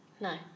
No